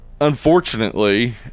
unfortunately